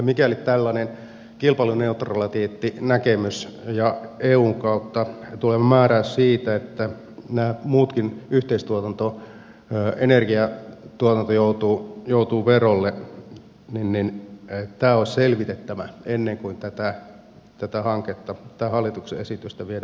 mikäli tällainen kilpailuneutraliteettinäkemys ja eun kautta tuleva määräys johtavat siihen että nämä muutkin yhteistuotanto energiantuotanto joutuvat verolle niin tämä olisi selvitettävä ennen kuin tätä hallituksen esitystä viedään loppuun asti